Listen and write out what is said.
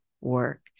work